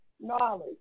knowledge